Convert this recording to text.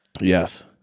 yes